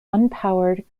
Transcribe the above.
unpowered